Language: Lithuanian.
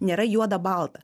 nėra juoda balta